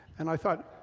and i thought,